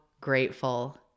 grateful